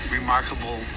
remarkable